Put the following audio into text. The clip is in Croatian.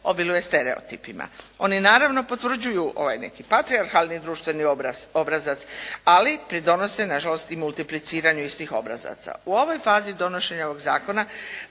obiluje stereotipima. Oni naravno potvrđuju ovaj neki patrijarhalni društveni obrazac, ali pridonose nažalost i multipliciranju istih obrazaca. U ovoj fazi donošenja ovog zakona,